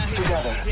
together